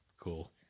Cool